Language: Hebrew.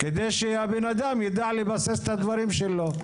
מנת שהבן אדם יידע לבסס את הדברים שלו.